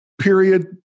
period